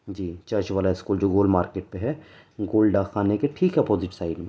جی church والا school جو گول مارکیٹ پہ ہے گول ڈاک خانے کے ٹھیک اپوزٹ سائڈ میں